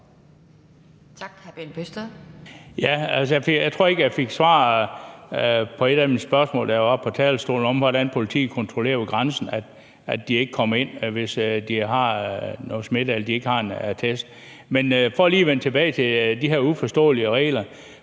Jeg tror ikke, jeg fik svar på et af de spørgsmål, jeg stillede, da jeg var oppe på talerstolen, om, hvordan politiet kontrollerer ved grænsen, at de ikke kommer ind, hvis de er smittede eller ikke har taget en test. Men jeg vil lige vende tilbage til de her uforståelige regler,